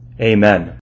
Amen